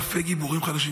אלפי גיבורים חדשים